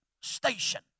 station